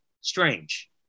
strange